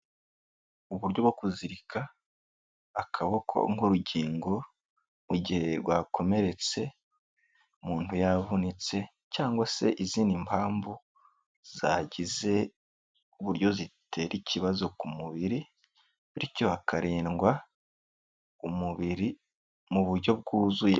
Uburyo bwo kuzirika. Akaboko nk'urugingo mu gihe rwakomeretse umuntu yavunitse cyangwa se izindi mpamvu zagize ku buryo zitera ikibazo ku mubiri, bityo hakarindwa umubiri mu buryo bwuzuye.